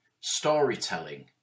storytelling